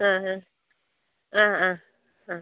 ആ ആ ആ ആ ആ